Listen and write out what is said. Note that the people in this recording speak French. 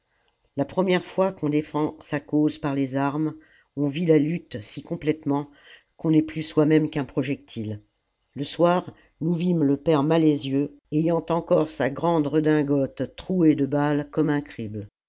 la première fois qu'on défend sa cause par les armes on vit la lutte si complètement qu'on n'est plus moi-même qu'un projectile le soir nous vîmes le père malezieux ayant encore sa grande redingote trouée de balles comme un crible